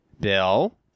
Bill